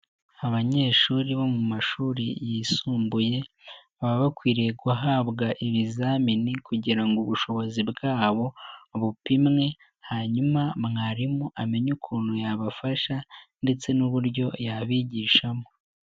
Abanyeshuri bo mu mashuri yisumbuye baba bakwiriye guhabwa ibizamini kugira ngo ubushobozi bwabo bupimwe hanyuma mwarimu amenye ukuntu yabafasha ndetse n'uburyo yabigishamo.